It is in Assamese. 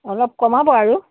অলপ কমাব আৰু